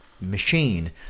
machine